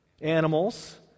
Animals